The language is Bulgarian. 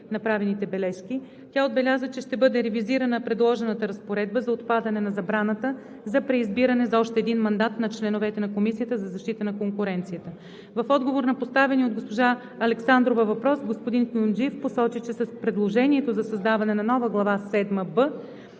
направените бележки. Тя отбеляза, че ще бъде ревизирана предложената разпоредба за отпадане на забраната за преизбиране за още един мандат на членовете на Комисията за защита на конкуренцията. В отговор на поставения от госпожа Александрова въпрос господин Куюмджиев посочи, че с предложението за създаване на нова Глава